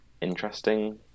interesting